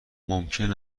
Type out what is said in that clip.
ممکن